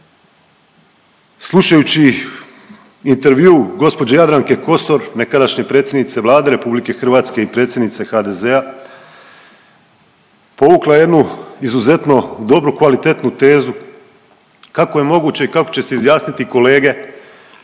Slušajući intervjuu gđe. Jadranke Kosor, nekadašnje predsjednice Vlade RH i predsjednice HDZ-a, povukla je jednu izuzetno dobru i kvalitetnu tezu, kako je moguće i kako će se izjasniti kolege